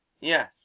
Yes